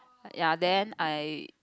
ya then I